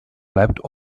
bleibt